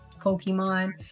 Pokemon